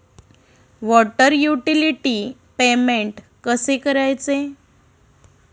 Water utility payment कसे करायचे?